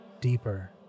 deeper